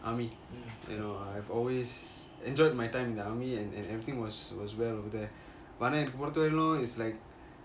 army um you know I've always enjoyed my time in the army and and and everything was was well over there ஆனா என்னக்கு பொறுத்த வரையிலும்:aana ennaku porutha varayilum it's like